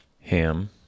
Ham